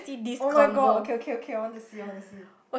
[oh]-my-god okay okay okay I want to see I want to see